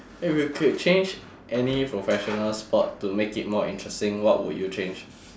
if you could change any professional sport to make it more interesting what would you change